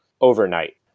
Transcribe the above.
overnight